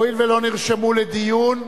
הואיל ולא נרשמו לדיון,